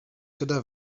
gyda